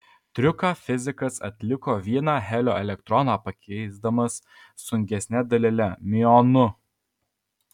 triuką fizikas atliko vieną helio elektroną pakeisdamas sunkesne dalele miuonu